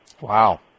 Wow